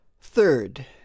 Third